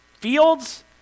fields